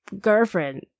girlfriend